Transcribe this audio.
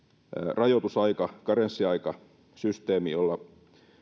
rajoitusaika karenssiaikasysteemi jolla